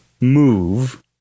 move